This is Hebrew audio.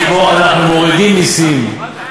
כי פה אנחנו מורידים מסים,